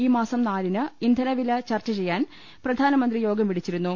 ഈ മാസം നാലിന് ഇന്ധന വില ചർച്ച ചെയ്യാൻ പ്രധാന മന്ത്രി യോഗം വിളിച്ചിരുന്നു